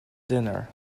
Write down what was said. dinner